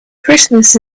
christmas